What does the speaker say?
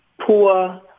poor